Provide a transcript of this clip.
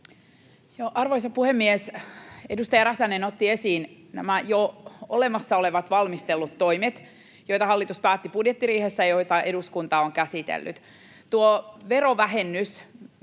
Arvoisa puhemies! Edustaja Räsänen otti esiin nämä jo olemassa olevat, valmistellut toimet, joita hallitus päätti budjettiriihessä ja joita eduskunta on käsitellyt. Tuo verovähennys